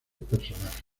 personajes